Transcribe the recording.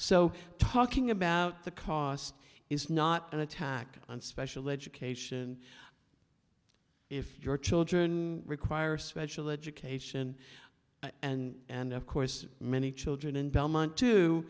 so talking about the cost is not an attack on special education if your children require special education and of course many children in belmont